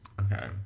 okay